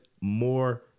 more